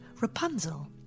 Rapunzel